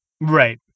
Right